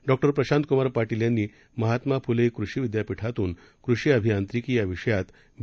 डॉ प्रशांतक्मार पाटील यांनी महात्मा फुले कृषि विद्यापीठातून कृषि अभियांत्रिकी या विषयात बी